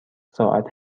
ساعت